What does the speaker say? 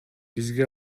бизге